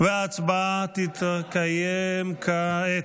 ההצבעה תתקיים כעת.